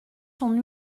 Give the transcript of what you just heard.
sont